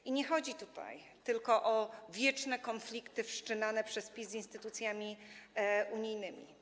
I nie chodzi tutaj tylko o wieczne konflikty wszczynane przez PiS z instytucjami unijnymi.